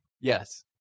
Yes